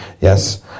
Yes